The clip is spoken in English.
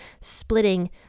splitting